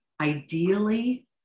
ideally